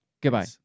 Goodbye